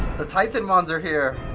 the titanmons are here.